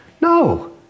No